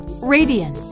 radiant